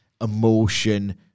emotion